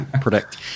predict